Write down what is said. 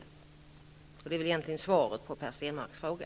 Det är svaret på Per Stenmarcks fråga.